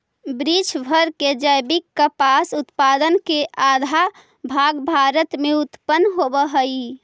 विश्व भर के जैविक कपास उत्पाद के आधा भाग भारत में उत्पन होवऽ हई